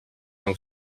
nou